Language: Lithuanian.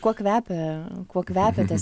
kuo kvepia kuo kvepia tas